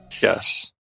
yes